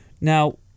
Now